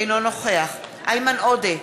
אינו נוכח איימן עודה,